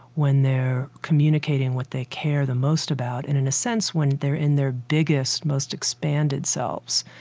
when they're communicating what they care the most about and, in a sense, when they're in their biggest most expanded selves.